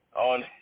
on